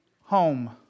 home